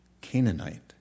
Canaanite